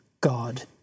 God